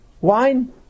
wine